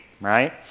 right